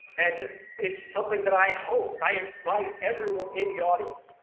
and it's something that i hope, i invite everyone in the audience,